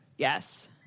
Yes